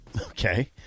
Okay